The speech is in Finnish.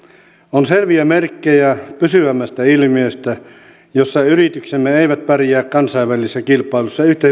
on selviä merkkejä pysyvämmästä ilmiöstä jossa yrityksemme eivät pärjää kansainvälisessä kilpailussa yhtä